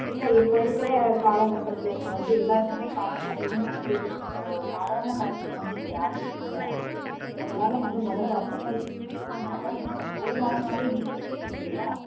இல்லை இப்போ இருக்கிற காலகட்டத்தில் இப்போ வந்து எல்லோருக்குமே காய்ச்சல் அதிகமாக வருது இப்போது சாதாரண காய்ச்சல் வந்து இப்போ யாருக்கும் இல்லை அதனாலே வந்து மொதலில் ரத்த பரிசோதனை பண்ணினா தான் ஏன்னால் ஒரு வாரமாகவே நீடிச்சுக்கிட்டு இருக்குது இல்லையா